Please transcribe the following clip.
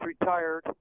retired